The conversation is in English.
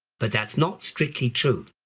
but that's not strictly true.